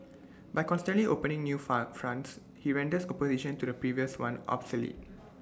by constantly opening new fun fronts he renders opposition to the previous one obsolete